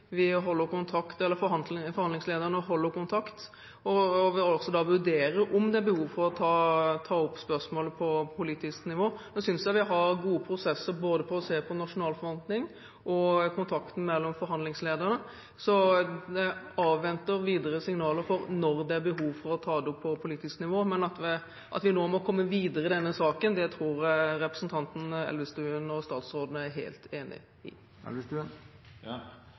Forhandlingslederne holder kontakt og vil også vurdere om det er behov for å ta opp spørsmålet på politisk nivå. Nå synes jeg vi har gode prosesser både med å se på nasjonal forvaltning og når det gjelder kontakten mellom forhandlingsledere, så jeg avventer videre signaler for når det er behov for å ta det opp på politisk nivå. Men at vi nå må komme videre i denne saken, tror jeg representanten Elvestuen og statsråden er helt enig i.